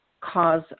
cause